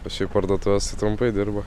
o šiaip parduotuvės tai trumpai dirba